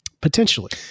potentially